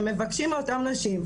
הם מבקשים מאותן נשים,